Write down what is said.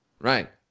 right